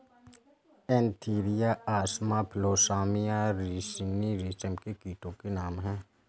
Antheraea असामा फिलोसामिया रिसिनी रेशम के कीटो के नाम हैं